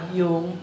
yung